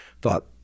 thought